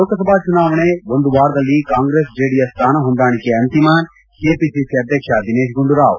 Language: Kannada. ಲೋಕಸಭಾ ಚುನಾವಣೆ ಒಂದು ವಾರದಲ್ಲಿ ಕಾಂಗ್ರೆಸ್ ಜೆಡಿಎಸ್ ಸ್ಥಾನಹೊಂದಾಣಿಕೆ ಅಂತಿಮ ಕೆಪಿಸಿಸಿ ಅಧ್ಯಕ್ಷ ದಿನೇಶ್ ಗುಂಡೂರಾವ್